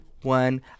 one